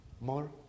More